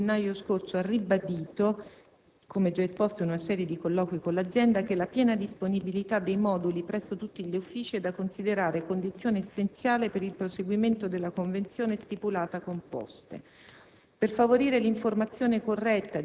il Ministero dell'interno il 19 gennaio scorso ha ribadito, come già esposto in una serie di colloqui con l'azienda, che la piena disponibilità dei moduli presso tutti gli uffici è da considerare condizione essenziale per il proseguimento della convenzione stipulata con le Poste.